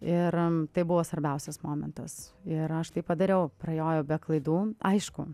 ir tai buvo svarbiausias momentas ir aš tai padariau prajojau be klaidų aišku